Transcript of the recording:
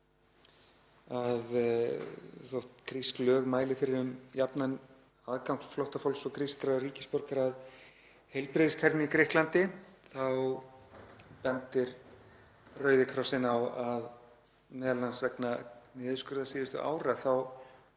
að þótt grísk lög mæli fyrir um jafnan aðgang flóttafólks og grískra ríkisborgara að heilbrigðiskerfinu í Grikklandi þá bendir Rauði krossinn á að m.a. vegna niðurskurðar síðustu ára sé